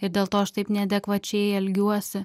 ir dėl to aš taip neadekvačiai elgiuosi